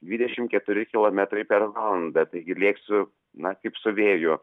dvidešimt keturi kilometrai per valandą taigi lėksiu na kaip su vėju